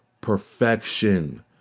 perfection